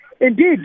Indeed